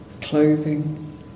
clothing